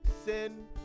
Sin